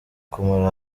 kumara